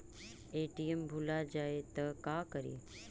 ATM भुला जाये त का करि?